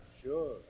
Sure